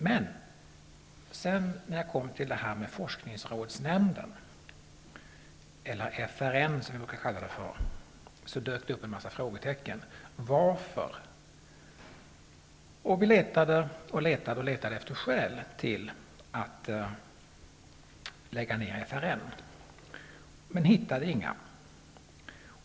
Men när jag kom till det här med forskningsrådsnämnden, FRN, dök det upp en massa frågetecken. Varför? Jag letade och letade efter skäl till att lägga ned FRN, men jag hittade inga.